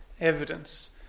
evidence